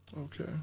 Okay